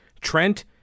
Trent